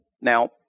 Now